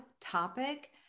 topic